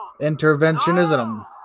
Interventionism